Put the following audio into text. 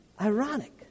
ironic